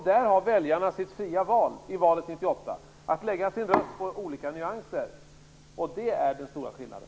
Där har väljarna sitt fria val i valet 1998 att lägga sin röst på olika nyanser. Det är den stora skillnaden.